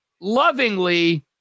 lovingly